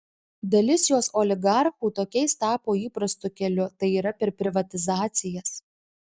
dalis jos oligarchų tokiais tapo įprastu keliu tai yra per privatizacijas